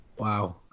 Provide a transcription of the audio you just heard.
Wow